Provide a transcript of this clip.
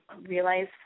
realize